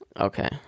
Okay